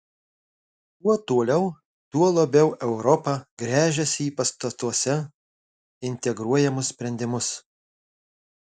kuo toliau tuo labiau europa gręžiasi į pastatuose integruojamus sprendimus